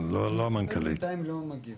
אז בהזדמנויות